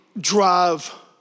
drive